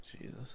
Jesus